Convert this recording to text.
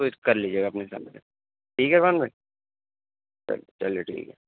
تو کر لیجیے گا اپنے حساب سے ٹھیک ہے عرفان بھائی چل چلیے ٹھیک ہے